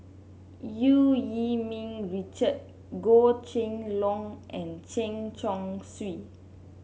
Eu Yee Ming Richard Goh Kheng Long and Chen Chong Swee